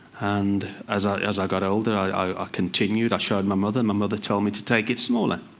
and as i as i got older, i continued. i showed my mother. my mother told me to take it smaller.